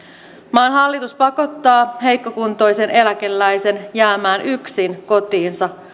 maan hallitus pakottaa heikkokuntoisen eläkeläisen jäämään yksin kotiinsa